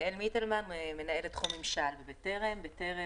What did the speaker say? אני מנהלת תחום ממשל בארגון בטרם.